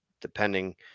depending